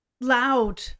loud